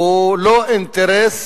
הוא לא אינטרס